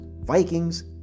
Vikings